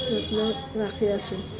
যত্ন ৰাখি আছোঁ